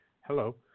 hello